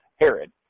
Herod